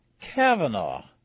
Kavanaugh